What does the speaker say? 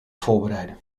voorbereiden